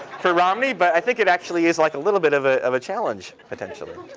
for romney, but i think it actually is like a little bit of ah of a challenge, potentially.